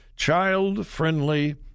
Child-Friendly